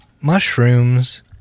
mushrooms